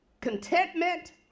contentment